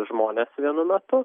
žmonės vienu metu